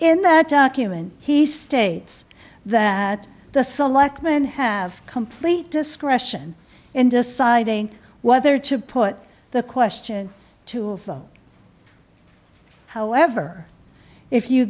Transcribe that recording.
in that document he states that the selectmen have complete discretion in deciding whether to put the question to a vote however if you